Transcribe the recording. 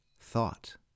thought